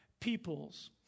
peoples